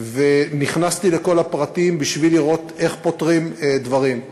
ונכנסתי לכל הפרטים בשביל לראות איך פותרים דברים.